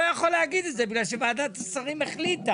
יכול לומר את זה כי ועדת השרים החליטה.